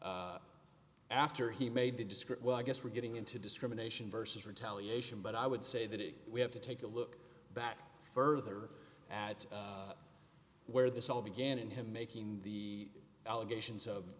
after after he made the discreet well i guess we're getting into discrimination versus retaliation but i would say that it we have to take a look back further at where this all began in him making the allegations of